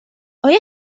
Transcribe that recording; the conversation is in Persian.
آیا